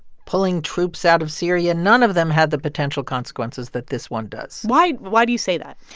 pulling troops out of syria none of them had the potential consequences that this one does why why do you say that?